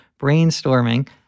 brainstorming